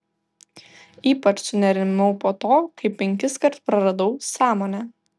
ypač sunerimau po to kai penkiskart praradau sąmonę